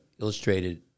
illustrated